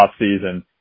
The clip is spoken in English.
offseason